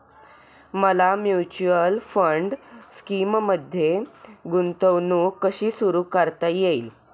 मला mutual fund स्कीममध्ये गुंतवणूक कशी सुरू करता येईल?